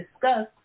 discussed